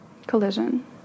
Collision